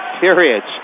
periods